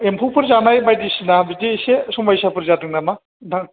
एम्फौफोर जाबाय बायदिसिना बिदि एसे समयसाफोर जादों नामा ओंथां